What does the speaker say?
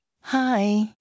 Hi